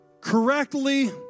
correctly